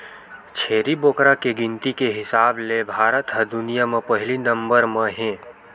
छेरी बोकरा के गिनती के हिसाब ले भारत ह दुनिया म पहिली नंबर म हे